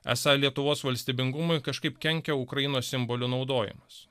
esą lietuvos valstybingumui kažkaip kenkia ukrainos simbolių naudojimas